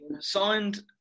signed